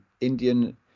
Indian